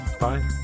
Bye